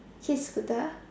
kid scooter